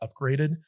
upgraded